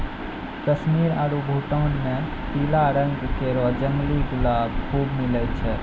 कश्मीर आरु भूटान म पीला रंग केरो जंगली गुलाब खूब मिलै छै